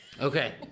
okay